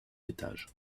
étages